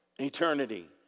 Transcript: Eternity